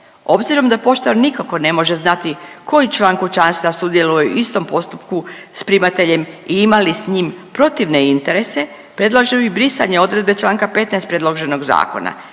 Obzirom da poštar nikako ne može znati koji član kućanstva sudjeluje u istom postupku s primateljem i ima li s njim protivne interese, predlažu i brisanje odredbe čl. 15 predloženog zakona.